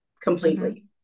completely